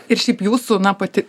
ir šiaip jūsų na pati